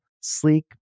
sleek